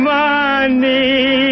money